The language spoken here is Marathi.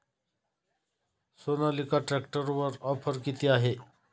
सोनालिका ट्रॅक्टरवर ऑफर किती आहे?